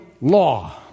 law